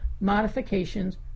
modifications